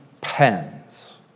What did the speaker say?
pens